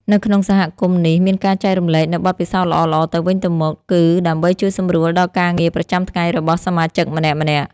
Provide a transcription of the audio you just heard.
នៅក្នុងសហគមន៍នេះមានការចែករំលែកនូវបទពិសោធន៍ល្អៗទៅវិញទៅមក គឺដើម្បីជួយសម្រួលដល់ការងារប្រចាំថ្ងៃរបស់សមាជិកម្នាក់ៗ។